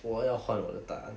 我要换我的答案